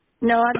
No